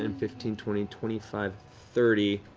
and fifteen, twenty, twenty five, thirty.